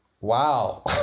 wow